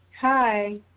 Hi